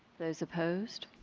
those opposed.